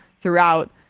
throughout